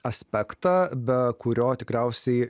aspektą be kurio tikriausiai